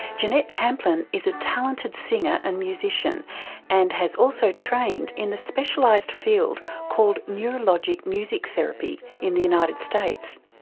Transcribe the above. jeanette tamplin is a talented singer and musician and has also trained in the specialised field called neurologic music therapy in the united states.